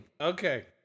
Okay